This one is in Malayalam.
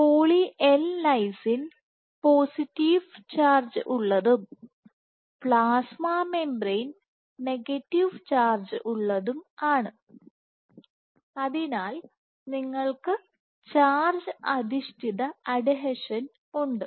poly L lysine positive charge ഉള്ളതും പ്ലാസ്മ മെംബറേൻ നെഗറ്റീവ് ചാർജ്ജ് ഉള്ളതുമാണ് അതിനാൽ നിങ്ങൾക്ക് ചാർജ് അധിഷ്ഠിത അഡ്ഹീഷൻ ഉണ്ട്